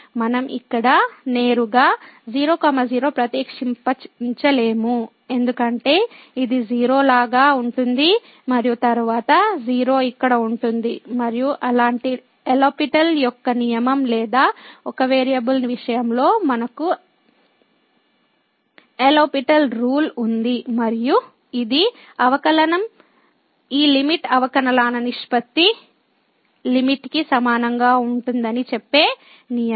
మనం ఇక్కడ నేరుగా 00 ప్రతిక్షేపించలేము ఎందుకంటే ఇది 0 లాగా ఉంటుంది మరియు తరువాత 0 ఇక్కడ ఉంటుంది మరియు అలాంటి లో పిటెల్ LHospital యొక్క నియమం లేదు ఒక వేరియబుల్ విషయంలో మనకు లో పిటెల్ రూల్ ఉంది మరియు ఇది అవకలనం ఈ లిమిట్ అవకలనాల నిష్పత్తి లిమిట్ కి సమానంగా ఉంటుందని చెప్పే నియమం